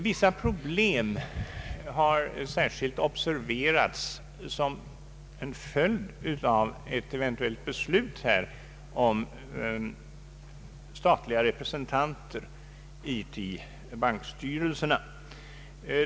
Vissa problem har särskilt observerats som en följd av ett eventuellt beslut om statliga representanter i bankstyrelserna.